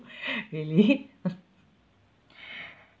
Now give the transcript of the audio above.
really